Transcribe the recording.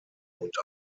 und